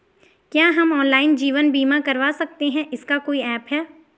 क्या हम ऑनलाइन जीवन बीमा करवा सकते हैं इसका कोई ऐप है?